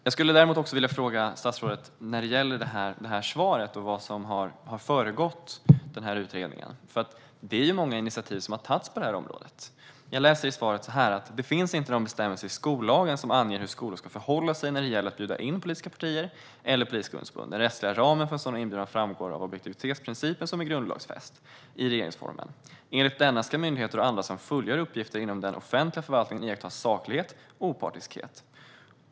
Jag vill också fråga statsrådet när det gäller svaret och vad som har föregått utredningen. Det har tagits många initiativ på det här området. I svaret står det: "Det finns inte någon bestämmelse i skollagen som anger hur skolor ska förhålla sig när det gäller att bjuda in politiska partier eller politiska ungdomsförbund. Den rättsliga ramen för en sådan inbjudan framgår av objektivitetsprincipen som är grundlagfäst i 1 kap. 9 § regeringsformen. Enligt denna ska myndigheter och andra som fullgör uppgifter inom den offentliga förvaltningen iaktta saklighet och opartiskhet."